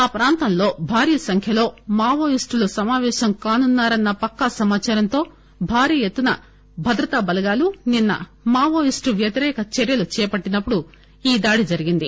ఆ ప్రాంతంలో భారీ సంఖ్యలో మావోయిస్టులు సమాపేశం కానున్నారన్న పక్కా సమాచారంతో భారీ ఎత్తున భద్రతా టలగాలు నిన్న మావోయిస్టు వ్యతిరేక చర్యలు చేపట్టినప్పుడు ఈ దాడి జరిగింది